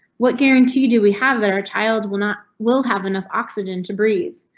what guarantee do we have that our child will not will have enough oxygen to breathe?